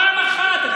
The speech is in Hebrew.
פעם אחת.